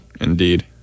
Indeed